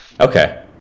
Okay